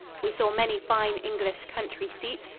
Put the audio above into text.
we saw many fine english country-seats,